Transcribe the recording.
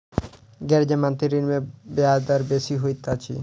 गैर जमानती ऋण में ब्याज दर बेसी होइत अछि